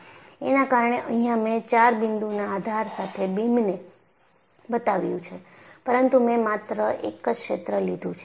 એના કારણે અહિયાં મેં 4 બિંદુના આધાર સાથે બીમને બતાવ્યું છે પરંતુ મેં માત્ર એક જ ક્ષેત્ર લીધુ છે